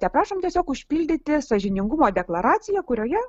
teprašom tiesiog užpildyti sąžiningumo deklaraciją kurioje